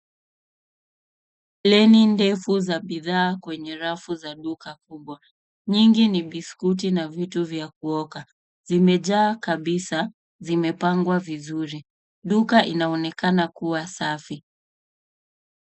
Foleni ndefu za bidhaa kwenye rafu za duka kubwa. Nyingi ni biskuti na vitu vya kuoka. Zimejaa kabisa. Zimepangwa vizuri. Duka inaonekana kua safi.